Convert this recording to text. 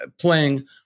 playing